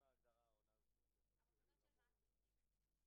יש את האפשרות להגיד שבימים שיש בהם התנגשות במערכת השעות,